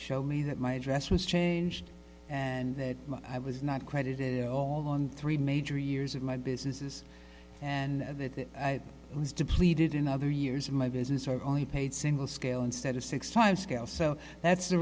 showed me that my address was changed and that i was not credited at all on three major years of my businesses and that i was depleted in other years in my business i've only paid single scale instead of six times scale so that's the